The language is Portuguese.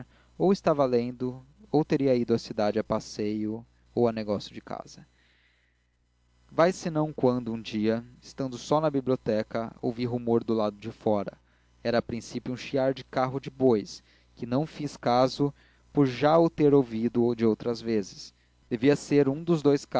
ou estava lendo ou teria ido à cidade a passeio ou a negócio de a passeio ou a negócio de casa vai senão quando um dia estando só na biblioteca ouvi rumor do lado de fora era a princípio um chiar de carro de bois de que não fiz caso por já o ter ouvido de outras vezes devia ser um dos dons